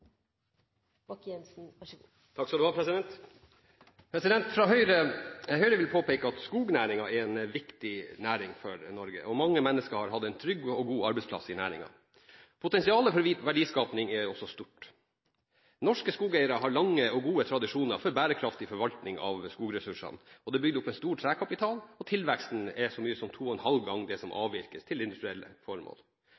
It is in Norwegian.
en viktig næring for Norge. Mange mennesker har hatt en trygg og god arbeidsplass i næringen, og potensialet for verdiskaping er stort. Norske skogeiere har lange og gode tradisjoner for bærekraftig forvaltning av skogressursene. Det er bygget opp en stor trekapital, og tilveksten er så mye som to og en halv gang det som